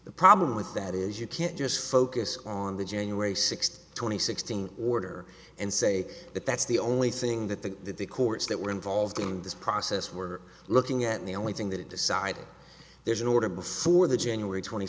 the problem with that is you can't just focus on the january sixth twenty sixteen order and say that that's the only thing that the that the courts that were involved in this process were looking at the only thing that decided there's an order before the january twenty